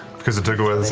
because it took away